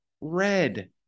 red